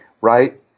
right